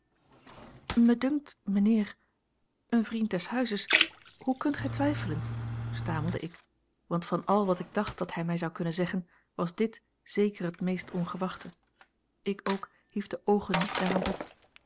dunkt mijnheer een vriend des huizes hoe kunt gij twijfelen stamelde ik want van al wat ik dacht dat hij mij zou kunnen zeggen was dit zeker het meest ongewachte ik ook hief de oogen niet naar hem op